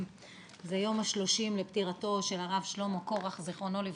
את יום ה-30 לפטירתו של הרב שלמה קורח ז"ל.